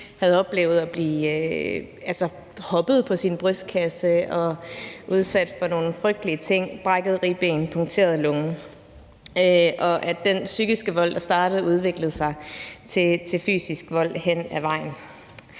havde oplevet at blive hoppet på sin brystkasse, udsat for nogle frygtelige ting, brækkede ribben og en punkteret lunge, og at den psykiske vold, der startede, udviklede sig til fysisk vold hen ad vejen.